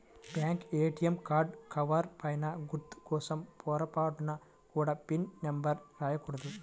bank ATM card cover పైన గుర్తు కోసం పొరపాటున కూడా పిన్ నెంబర్ రాయకూడదు